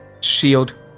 shield